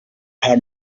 her